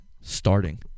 starting